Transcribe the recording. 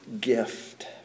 gift